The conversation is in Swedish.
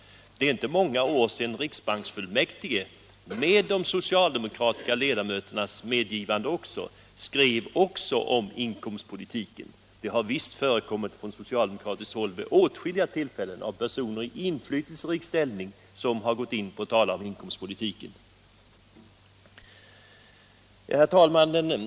Det är inte många år sedan riksbanksfullmäktige med de socialdemokratiska ledamöternas medgivande också skrev om inkomstpolitiken. Det har visst förekommit från socialdemokratiskt håll vid åtskilliga tillfällen att personer i inflytelserik ställning gått in och talat om inkomstpolitiken. Herr talman!